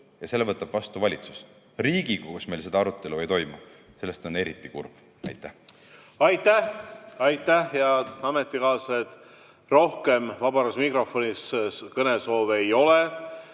aga selle võtab vastu valitsus. Riigikogus meil seda arutelu ei toimu. Sellest on eriti kahju. Aitäh! Aitäh! Head ametikaaslased, rohkem vabas mikrofonis kõnesoove ei ole